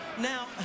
now